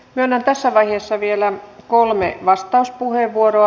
myönnän tässä vaiheessa vielä kolme vastauspuheenvuoroa